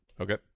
Okay